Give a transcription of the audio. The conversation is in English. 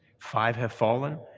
five have fallen,